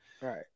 Right